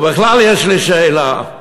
ובכלל יש לי שאלה: